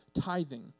tithing